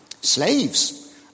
Slaves